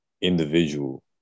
individual